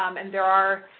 um and there are,